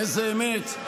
איזה אמת?